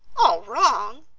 all wrong!